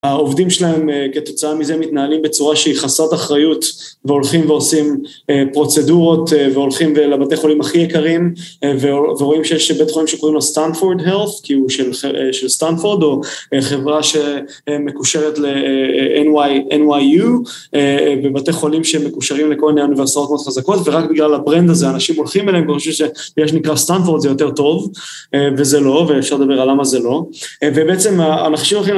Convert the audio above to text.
העובדים שלהם כתוצאה מזה מתנהלים בצורה שהיא חסרת אחריות והולכים ועושים פרוצדורות והולכים לבתי חולים הכי יקרים ורואים שיש בית חולים שקוראים לו סטנפורד הילף כי הוא של סטנפורד או חברה שמקושרת ל-NYU בבתי חולים שמקושרים לכל עניין ועשרות מאוד חזקות ורק בגלל הברנד הזה אנשים הולכים אליהם והם חושבים שיש נקרא סטנפורד זה יותר טוב וזה לא ואפשר לדבר על למה זה לא ובעצם הלחשוב